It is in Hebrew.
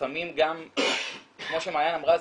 לפעמים גם כמו שמעיין אמרה,